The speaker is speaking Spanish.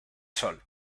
sol